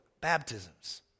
baptisms